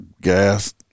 gas